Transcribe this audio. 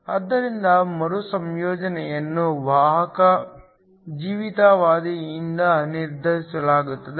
ಆದ್ದರಿಂದ ಮರುಸಂಯೋಜನೆಯನ್ನು ವಾಹಕದ ಜೀವಿತಾವಧಿಯಿಂದ ನಿರ್ಧರಿಸಲಾಗುತ್ತದೆ